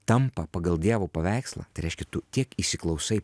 tampa pagal dievo paveikslą tai reiškia tu tiek įsiklausai